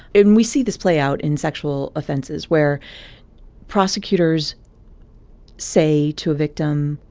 and we see this play out in sexual offenses where prosecutors say to a victim,